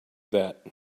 that